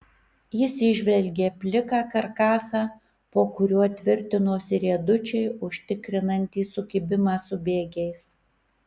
jis įžvelgė pliką karkasą po kuriuo tvirtinosi riedučiai užtikrinantys sukibimą su bėgiais